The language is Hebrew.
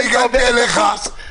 עמית, אני הגנתי עליך.